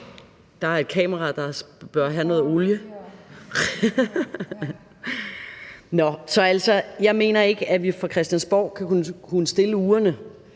Der er et kamera, der bør have noget olie. Nå, men jeg mener ikke, at vi fra Christiansborgs side skal kunne stille urene,